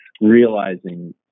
realizing